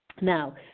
Now